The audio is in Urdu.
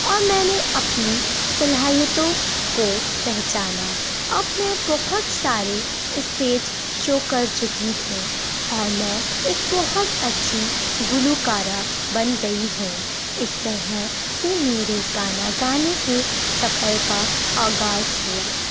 اور میں نے اپنی صلاحیتوں کو پہچانا اب میں بہت سارے اسٹیج شو کر چکی ہوں اور میں ایک بہت اچھی گلوکارہ بن گئی ہوں اس طرح سے میرے گانا گانے کے سفر کا آغاز ہوا